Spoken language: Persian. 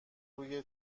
روی